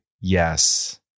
yes